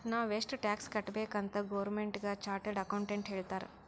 ನಾವ್ ಎಷ್ಟ ಟ್ಯಾಕ್ಸ್ ಕಟ್ಬೇಕ್ ಅಂತ್ ಗೌರ್ಮೆಂಟ್ಗ ಚಾರ್ಟೆಡ್ ಅಕೌಂಟೆಂಟ್ ಹೇಳ್ತಾರ್